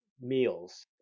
meals